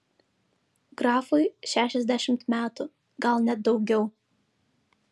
grafui šešiasdešimt metų gal net daugiau